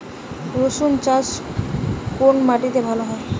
রুসুন চাষ কোন মাটিতে ভালো হয়?